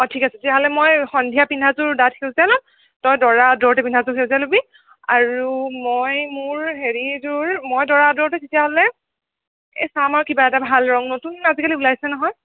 অঁ ঠিক আছে তেতিয়াহ'লে মই সন্ধিয়া পিন্ধাযোৰ ডাঠ সেউজীয়া ল'ম তই দৰা আদৰোতে পিন্ধাযোৰ সেউজীয়া ল'বি আৰু মই মোৰ হেৰিযোৰ মই দৰা আদৰোতে তেতিয়াহ'লে এই চাম আৰু কিবা এটা ভাল ৰং নতুন আজিকালি ওলাইছে নহয়